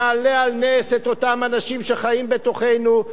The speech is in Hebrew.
נעלה על נס את אותם אנשים שחיים בתוכנו,